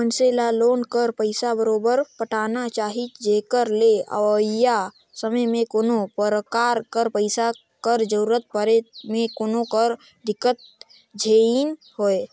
मइनसे ल लोन कर पइसा बरोबेर पटाना चाही जेकर ले अवइया समे में कोनो परकार कर पइसा कर जरूरत परे में कोनो कर दिक्कत झेइन होए